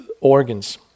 organs